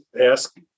ask